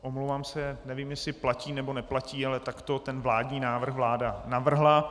Omlouvám se, nevím, jestli platí, nebo neplatí, ale takto ten vládní návrh vláda navrhla.